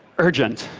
urgent.